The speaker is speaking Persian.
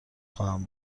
خواهم